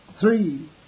Three